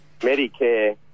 Medicare